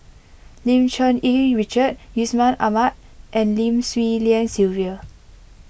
Lim Cherng Yih Richard Yusman Aman and Lim Swee Lian Sylvia